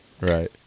right